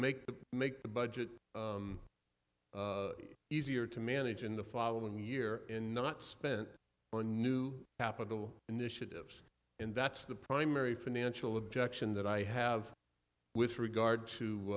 the make the budget easier to manage in the following year in not spent on new capital initiatives and that's the primary financial objection that i have with regard to